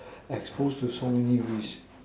exposed to so many risk